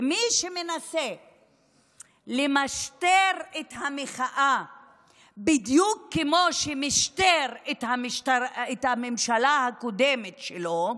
מי שמנסה למשטר את המחאה בדיוק כמו שמשטר את הממשלה הקודמת שלו,